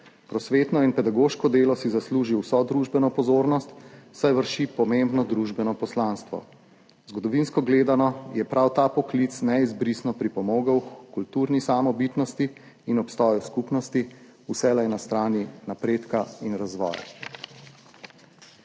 Prosvetno in pedagoško delo si zasluži vso družbeno pozornost, saj vrši pomembno družbeno poslanstvo. Zgodovinsko gledano je prav ta poklic neizbrisno pripomogel h kulturni samobitnosti in obstoju skupnosti, vselej na strani napredka in razvoja.